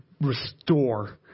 restore